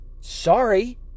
Sorry